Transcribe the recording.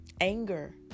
anger